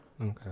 Okay